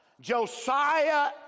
Josiah